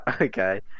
Okay